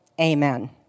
Amen